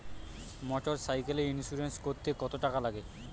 মোটরসাইকেলের ইন্সুরেন্স করতে কত টাকা লাগে?